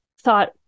thought